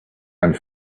and